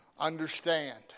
Understand